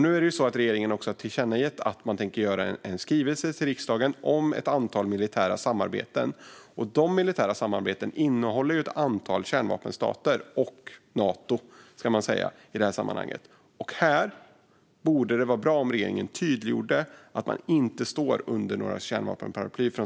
Nu har regeringen tillkännagett att den tänker lämna en skrivelse till riksdagen om ett antal militära samarbeten. De militära samarbetena innehåller ett antal kärnvapenstater och Nato i det här sammanhanget. Här vore det bra att regeringen tydliggjorde att man från svensk sida inte står under något kärnvapenparaply.